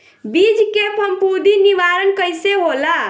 बीज के फफूंदी निवारण कईसे होला?